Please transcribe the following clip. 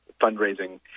fundraising